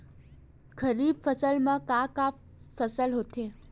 खरीफ फसल मा का का फसल होथे?